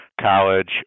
college